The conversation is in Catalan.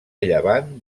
llevant